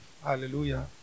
Hallelujah